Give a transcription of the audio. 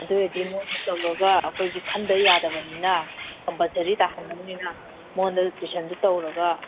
ꯑꯗꯨ ꯑꯣꯏꯔꯗꯤ ꯃꯉꯣꯟꯗ ꯇꯧꯔꯒ ꯑꯩꯈꯣꯏꯁꯤ ꯈꯟꯗ ꯌꯥꯗꯕꯅꯤꯅ ꯀꯝꯄꯜꯁꯔꯤ ꯇꯥꯍꯟꯅꯤꯡꯉꯤꯅꯤꯅ ꯃꯉꯣꯟꯗ ꯇꯨꯏꯁꯟꯗꯨ ꯇꯧꯔꯒ